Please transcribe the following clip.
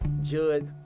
Judge